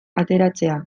ateratzea